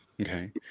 Okay